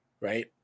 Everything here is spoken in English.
right